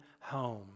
home